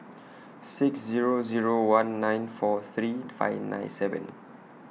six Zero Zero one nine four three five nine seven